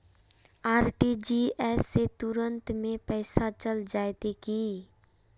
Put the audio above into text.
RTGS से तुरंत में पैसा चल जयते की?